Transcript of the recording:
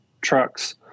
trucks